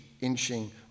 inching